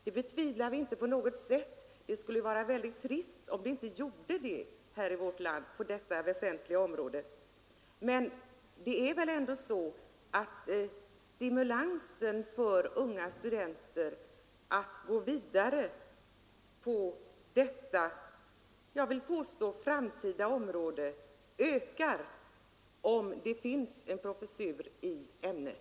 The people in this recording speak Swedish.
Det betvivlar vi inte på något sätt, och det skulle vara mycket trist om det inte bedrevs forskning i vårt land på detta väsentliga område. Men det är ändå så att stimulansen för unga studenter att gå vidare på detta — det vill jag påstå — framtidsområde ökar om det finns en professur i ämnet.